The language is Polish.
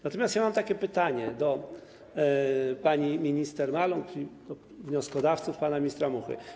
Natomiast ja mam takie pytanie do pani minister Maląg i wnioskodawców, pana ministra Muchy.